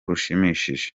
rushimishije